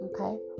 okay